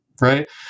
right